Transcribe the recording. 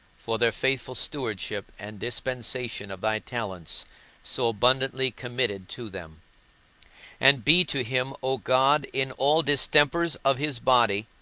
for their faithful stewardship and dispensation of thy talents so abundantly committed to them and be to him, o god, in all distempers of his body,